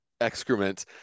excrement